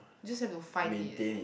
you just have to find it eh